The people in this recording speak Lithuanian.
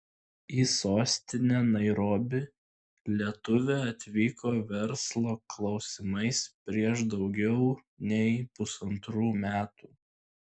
į sostinę nairobį lietuvė atvyko verslo klausimais prieš daugiau nei pusantrų metų